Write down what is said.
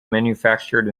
manufactured